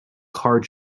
card